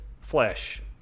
flesh